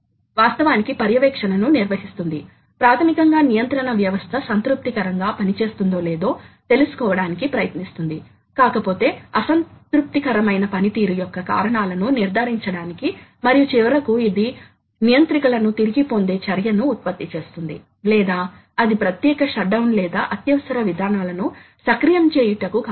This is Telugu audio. దానితో పాటు మనకు PLCలు అని పిలువబడే మరొక రకమైన కంప్యూటర్ లు కూడా ఉన్నాయి ఇది ప్రధానంగా వివిక్త ఆటోమేషన్ కోసం ఉపయోగించబడుతోంది మరియు మ్యాన్ మెషిన్ ఇంటర్ఫేస్ కూడా ఉంది ఇది ఆపరేటర్ ప్రోగ్రామ్ను అనుమతిస్తుంది మరియు యంత్రం యొక్క స్థితిని కూడా పర్యవేక్షిస్తుంది మరియు వివిధ రకాల అలారా లను ఉత్పత్తి చేయడానికి యంత్రాంగాలు కూడా ఉన్నాయి